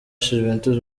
juventus